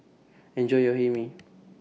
Enjoy your Hae Mee